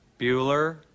Bueller